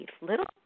little